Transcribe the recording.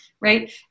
right